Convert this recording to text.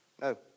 no